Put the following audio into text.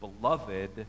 beloved